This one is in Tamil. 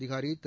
அதிகாரி திரு